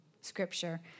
scripture